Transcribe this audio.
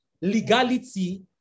legality